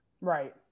right